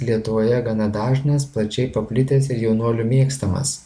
lietuvoje gana dažnas plačiai paplitęs ir jaunuolių mėgstamas